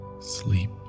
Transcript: Sleep